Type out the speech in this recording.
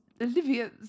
Olivia